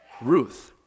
Ruth